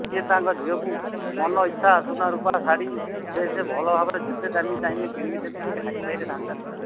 ସେ ତାଙ୍କ ଝିଅକୁ ମନ ଇଚ୍ଛା ସୁନା ରୂପା ଶାଢ଼ୀ ଡ୍ରେସ୍ ଭଲ ଭାବରେ ଯେତେ ଦାମୀ ଚାହିଁଲେ କିଣିକି ଦେବେ ଟିକିଏ ହାଇ ଫାଇରେ ଢାଞ୍ଚାରେ